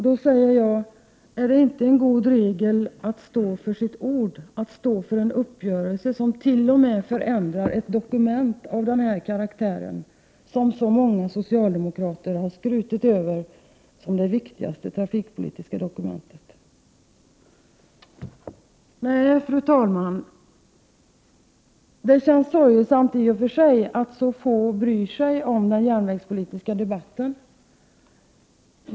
Då säger jag: Är det inte en god regel att stå för sitt ord, för en uppgörelse som t.o.m. förändrar ett dokument av den här karaktären, ett dokument som så många socialdemokrater skrutit över som det viktigaste trafikpolitiska dokumentet. Fru talman! Det känns sorgesamt att så få bryr sig om den järnvägspolitiska debatten.